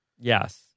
Yes